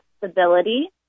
stability